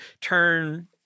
turn